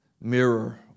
mirror